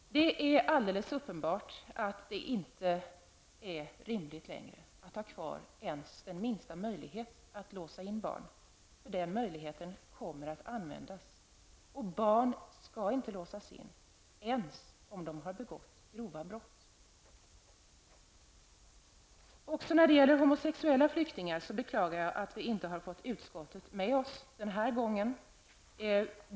Det är alldeles uppenbart att det inte längre är rimligt att ha kvar ens den minsta möjlighet att låsa in barn. Den möjligheten kommer att användas. Barn skall inte låsas in, inte ens om de har begått grova brott. När det gäller homosexuella flyktingar beklagar jag att vi inte har fått utskottet med oss den här gången.